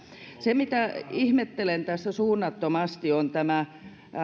se mitä ihmettelen tässä suunnattomasti on tämä